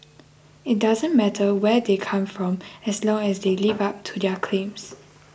it doesn't matter where they come from as long as they live up to their claims